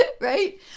Right